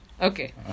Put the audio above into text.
Okay